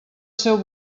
seu